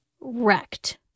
wrecked